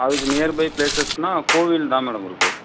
அதுக்கு nearby பிளேசஸ்ன்னா கோயில் தான் மேடம் இருக்கு